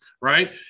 right